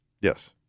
Yes